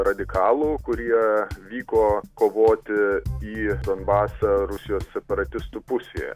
radikalų kurie vyko kovoti į donbasą rusijos separatistų pusėje